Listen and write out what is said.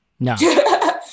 No